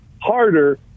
harder